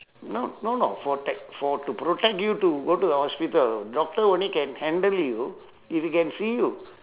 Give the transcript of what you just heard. no no no for ta~ for to protect you to go to the hospital doctor only can handle you if he can see you